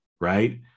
Right